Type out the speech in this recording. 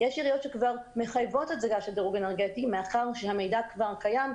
יש עיריות שכבר מחייבות הצגה של דירוג אנרגטי מאחר שהמידע כבר קיים,